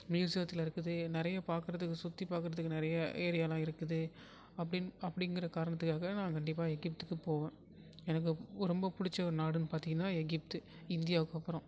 ம்யூசியத்தில் இருக்குது நிறையா பார்க்குறதுக்கு சுற்றி பார்க்குறதுக்கு நிறைய ஏரியாலாம் இருக்குது அப்படீன் அப்படீங்குற காரணத்துக்காக நான் கண்டிப்பாக எகிப்துக்கு போக எனக்கு ரொம்ப பிடிச்ச ஒரு நாடுன்னு பார்த்தீங்கன்னா எகிப்து இந்தியாவுக்கப்புறம்